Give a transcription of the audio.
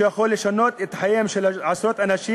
שיכול לשנות את חייהם של עשרות אנשים